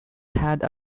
had